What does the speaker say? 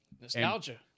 Nostalgia